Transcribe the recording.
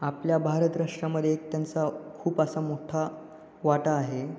आपल्या भारत राष्ट्रामध्ये एक त्यांचा खूप असा मोठा वाटा आहे